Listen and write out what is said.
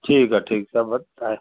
ठीक है ठीक है सब बता है